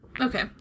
Okay